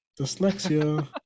dyslexia